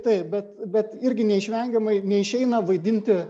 taip bet bet irgi neišvengiamai neišeina vaidinti